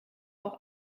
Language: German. auch